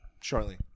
shortly